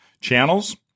channels